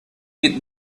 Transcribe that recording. bit